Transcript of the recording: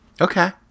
Okay